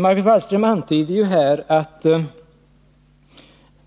Margot Wallström antyder